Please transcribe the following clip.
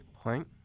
point